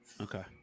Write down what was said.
Okay